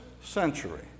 century